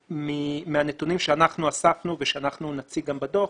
מהנתונים שאנחנו אספנו ושאנחנו נציג גם בדוח,